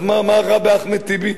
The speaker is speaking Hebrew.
אז מה רע באחמד טיבי?